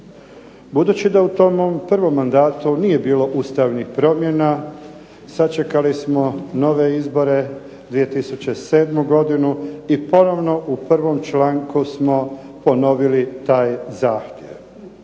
Budući da u tom mom prvom mandatu nije bilo ustavnih promjena sačekali smo nove izbore, 2007. godinu i ponovno u prvom članku smo ponovili taj zahtjev.